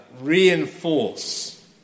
reinforce